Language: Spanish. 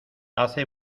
hace